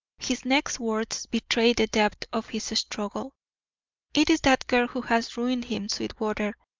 his next words betrayed the depth of his struggle it is that girl who has ruined him, sweetwater.